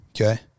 Okay